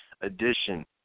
edition